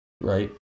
right